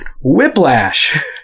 Whiplash